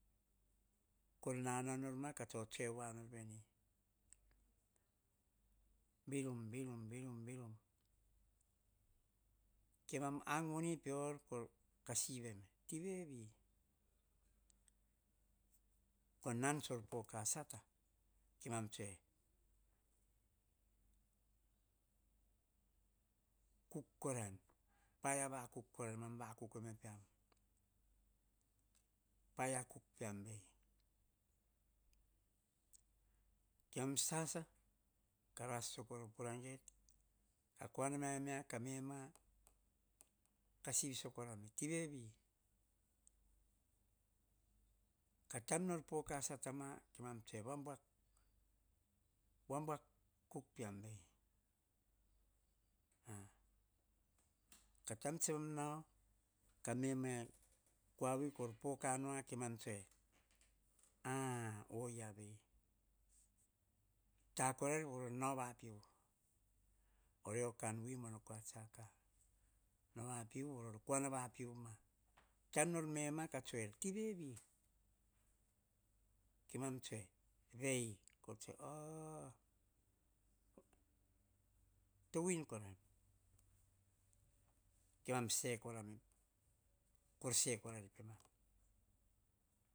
Ko nanao nor, ka tsotsoe voa nor mavemi, birum birum birum, kemam ang vowi peor ka sivi eme, tinevi? Ko nan tsor poka sata, kemam tsoa, kuk koraim paia vakuk kora ne mam vakuk eme peam. Paia kuk piam. Vei, kemam sasa, karas sakora o pura get kuana ma emia, kamena, ka sivi skorame, tinevi? Emam tsa sibasiba noma, kita mea kaovo, tsa ta amam pa tse kaovo pemam mate. Ma ar kora tsi no kan vui, sisisio ka nor amamsti. Mi ar, pa tse mam iso noma en masan, ko ubam tso nnor ma en komana inu, taim no kan vui tsoer, va u kamarara, ta kep ean pa tsa tsun rus em ka nao ka save em ma pa kep ka hots tsem ma po marai, ma ar tsan tsiako em. Taim nan de tavuts, pono kan vui kita ta tsoe kavoa, kor pe, vavaiav pean aw. Ean roya kora a tsiaka vape upas. nama pe te tasu meno mma pean. Amoto, tsan u a paia kaovo. Emam tsa tsoe eme ta. Oyia roya kora. Ti va mamadono, ti va kikiu, ti va vavarona, oyia ta nan tsan baim ka kes tanom, tati vasata ean tsa ben me em pe kua. Kan yepa varona tsan opoem e vui tsa varona, varona kai ene pokua pio, e vui tsa kiu ka ene peam, ka kiu kai ene pa komiuniti, e e yiu tsa madono ene po tsoe pean ka madono ene pa komiuniti, ti va vararona tsan op voa veni, ta koraim, baim a baim ko taim nor poka sata ma kemam tsoe eme, vabuak kuk peam vei. Ko taim tsem mema e kua vui, kor poka nua a-a ovia vei. Tako rair voror nao va piuvu voror okan vui mono kua tsiaka. Nao yapiuvu, voror kuana va piuvu ma. Noma kasivi er tivevi? Kemam tsoe eme, vei a-a to win koraim. Kor se korair pemam.